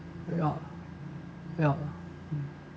ya ya uh